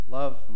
love